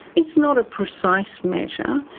it's not a precise measure,